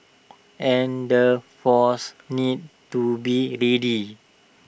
and forces need to be ready